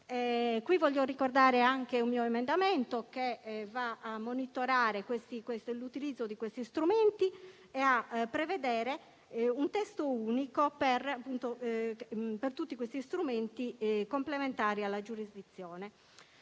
voglio ricordare anche un mio emendamento, volto a monitorare l'utilizzo di questi strumenti e a prevedere un testo unico per tutti questi strumenti complementari alla giurisdizione.